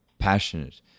passionate